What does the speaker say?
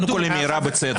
קודם כול, היא מעירה בצדק.